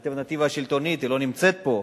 האלטרנטיבה השלטונית, היא לא נמצאת פה.